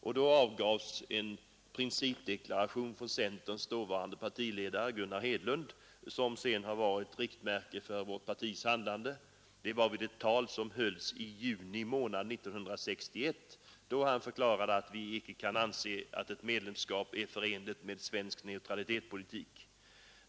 Centerns dåvarande partiledare Gunnar Hedlund avgav då en principdeklaration, som sedan har varit riktmärke för vårt partis handlande — det var i ett tal som hölls i juni månad 1961, då han förklarade att vi icke kan anse att ett medlemskap i EEC är förenligt med svensk neutralitetspolitik.